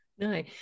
No